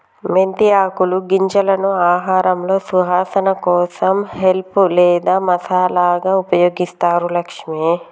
మెంతి ఆకులు గింజలను ఆహారంలో సువాసన కోసం హెల్ప్ లేదా మసాలాగా ఉపయోగిస్తారు లక్ష్మి